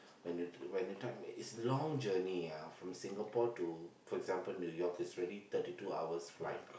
when it's when the time it's long journey ah from Singapore to for example New-York it's really thirty two hours flight